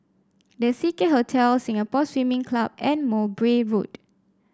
The Seacare Hotel Singapore Swimming Club and Mowbray Road